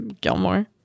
Gilmore